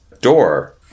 door